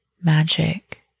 magic